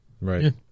Right